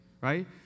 right